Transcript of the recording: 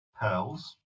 pearls